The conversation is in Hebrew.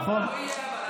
נכון.